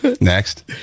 Next